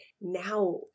now